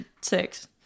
six